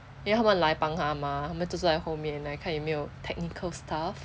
then 他们来帮他嘛他们就是来后面来看有没有 technical staff